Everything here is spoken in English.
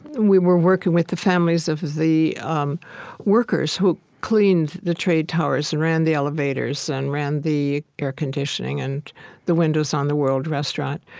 and we were working with the families of the um workers who cleaned the trade towers and ran the elevators and ran the air conditioning and the windows on the world restaurant.